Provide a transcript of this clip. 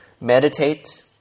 meditate